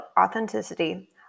Authenticity